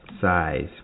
size